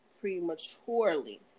prematurely